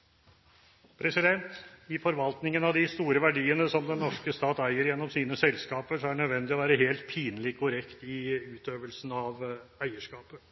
det nødvendig å være helt pinlig korrekt i utøvelsen av eierskapet.